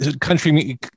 country